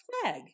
flag